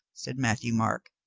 said matthieu marc,